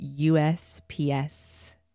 USPS